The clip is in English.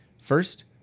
First